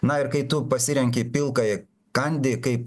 na ir kai tu pasirenki pilkąjį kandi kaip